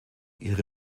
ihre